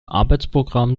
arbeitsprogramm